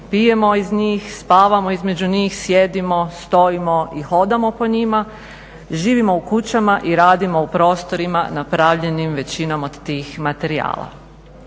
pijemo iz njih, spavamo između njih, sjedimo, stojimo i hodamo po njima, živimo u kućama i radimo u prostorima napravljenim većinom od tih materijala.